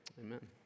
Amen